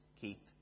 keep